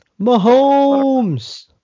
Mahomes